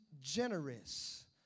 generous